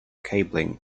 cabling